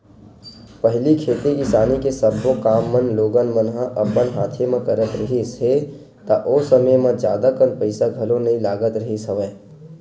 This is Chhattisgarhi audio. पहिली खेती किसानी के सब्बो काम मन लोगन मन ह अपन हाथे म करत रिहिस हे ता ओ समे म जादा कन पइसा घलो नइ लगत रिहिस हवय